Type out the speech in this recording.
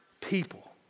people